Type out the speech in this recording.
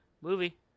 Movie